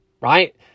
right